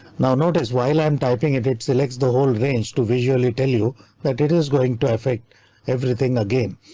now notice while i'm typing it, it selects the whole range to visually tell you that it is going to affect everything again,